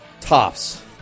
tops